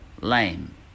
lame